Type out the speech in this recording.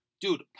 dude